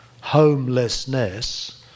Homelessness